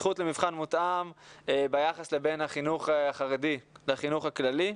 זכות למבחן מותאם ביחס בין החינוך החרדי לחינוך הכללי.